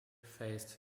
faced